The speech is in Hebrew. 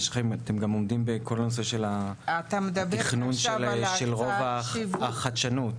אתם גם עומדים בכל הנושא של התכנון של רובע החדשנות.